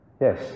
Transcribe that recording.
Yes